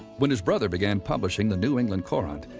when his brother began publishing the new england courant,